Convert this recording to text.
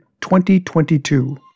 2022